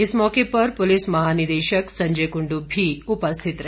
इस मौके पर पुलिस महानिदेशक संजय कुंडू भी उपस्थित रहे